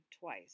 twice